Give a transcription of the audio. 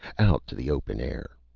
out to the open air.